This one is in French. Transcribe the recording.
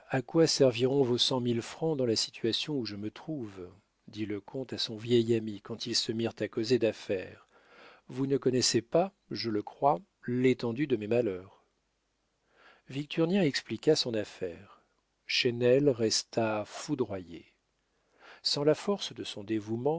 à quoi serviront vos cent mille francs dans la situation où je me trouve dit le comte à son vieil ami quand ils se mirent à causer d'affaires vous ne connaissez pas je le crois l'étendue de mes malheurs victurnien expliqua son affaire chesnel resta foudroyé sans la force de son dévouement